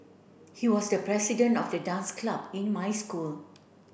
he was the president of the dance club in my school